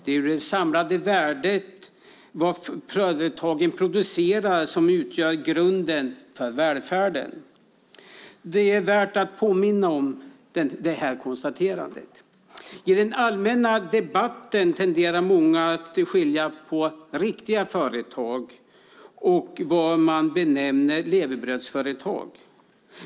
Det är det samlade värdet av vad företagen producerar som utgör grunden för välfärden. Det är värt att påminna om detta. I den allmänna debatten tenderar många att skilja mellan riktiga företag och vad man benämner levebrödsföretag.